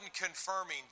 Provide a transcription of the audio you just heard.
confirming